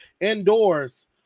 indoors